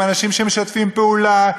והם אנשים שמשתפים פעולה,